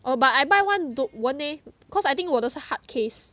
oh but I buy one du~ won't leh cause I think 我的是 hard case